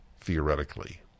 theoretically